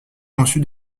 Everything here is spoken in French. conçu